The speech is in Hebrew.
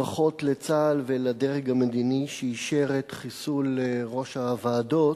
1. ברכות לצה"ל ולדרג המדיני שאישר את חיסול ראש הוועדות.